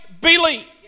believe